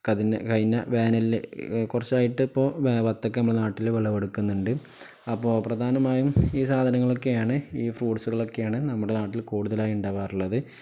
കഴിഞ്ഞ വേനലില് കുറച്ചായിട്ട് ഇപ്പോള് വത്തയ്ക്ക നമ്മുടെ നാട്ടില് വിളവെടുക്കുന്നുണ്ട് അപ്പോള് പ്രധാനമായും ഈ സാധനങ്ങളൊക്കെയാണ് ഈ ഫ്രൂട്സുകളൊക്കെയാണ് നമ്മുടെ നാട്ടിൽ കൂടുതലായി ഉണ്ടാകാറുള്ളത്